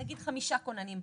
נגיד חמישה כוננים באזור.